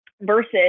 versus